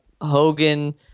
Hogan